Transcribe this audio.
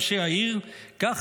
כך